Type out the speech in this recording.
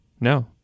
No